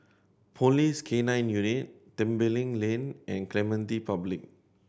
Police K Nine Unit Tembeling Lane and Clementi Public